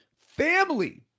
family